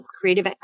creative